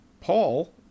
Paul